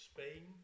Spain